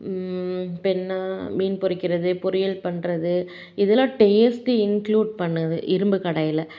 இப்போ என்ன மீன் பொறிக்கிறது பொறியல் பண்ணுறது இதெல்லாம் டேஸ்ட்டு இன்க்ளூட் பண்ணுது இரும்புக் கடாய்ல